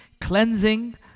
cleansing